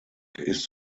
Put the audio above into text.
ist